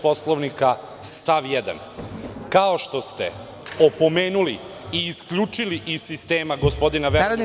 Poslovnika stav 1, kao što ste opomenuli i isključili iz sistema gospodina Veroljuba Arsića…